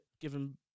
given